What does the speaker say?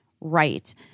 right